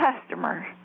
customer